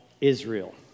Israel